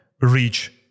reach